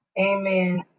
amen